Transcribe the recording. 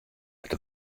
wurdt